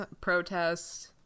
protests